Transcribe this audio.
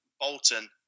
Bolton